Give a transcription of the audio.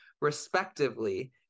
respectively